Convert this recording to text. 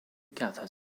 gathered